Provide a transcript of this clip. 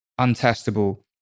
untestable